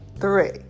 three